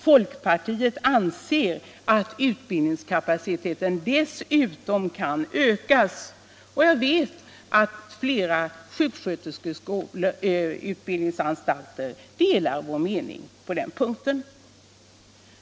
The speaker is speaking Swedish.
Folkpartiet anser att utbildningskapaciteten dessutom kan ökas. Jag vet att fler sjuksköterskeutbildningsanstalter delar vår mening på den punkten.